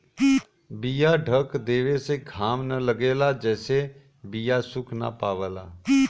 बीया ढक देवे से घाम न लगेला जेसे बीया सुख ना पावला